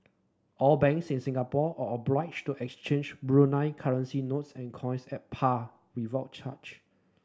all banks in Singapore all obliged to exchange Brunei currency notes and coins at par without charge